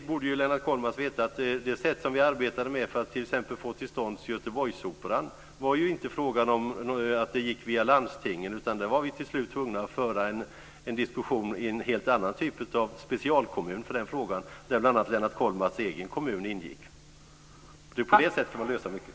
Lennart Kollmats borde veta att det sätt som vi arbetade med för att t.ex. få till stånd Göteborgsoperan inte gick via landstingen. Där var vi till slut tvungna att föra en diskussion i en helt annan typ av specialkommun för den frågan. Där ingick bl.a. Lennart Kollmats egen kommun. På det sättet kan man lösa mycket.